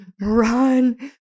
run